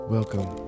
Welcome